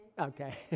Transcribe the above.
Okay